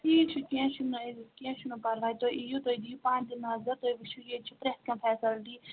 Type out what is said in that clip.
ٹھیٖک چھُ کیٚنٛہہ چھُنہٕ أزِتھ کیٚنٛہہ چھُنہٕ پَرواے تُہۍ یِیِو تُہۍ دِیِو پانہٕ تہِ نظر تُہۍ وُچھِو ییٚتہِ چھِ پرٛٮ۪تھ کانٛہہ فیسَلٹی